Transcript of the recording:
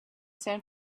san